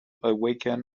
awaken